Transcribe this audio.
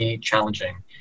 challenging